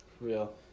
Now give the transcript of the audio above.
Real